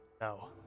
no